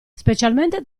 specialmente